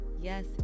yes